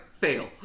fail